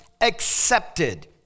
accepted